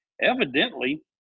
Evidently